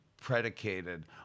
predicated